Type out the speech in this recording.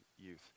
youth